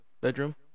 bedroom